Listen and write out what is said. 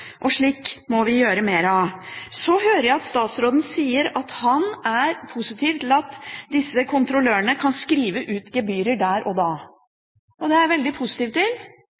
og slikt må vi gjøre mer av. Jeg hører at statsråden sier at han er positiv til at disse kontrollørene kan skrive ut gebyrer der og da. Det er jeg veldig positiv til.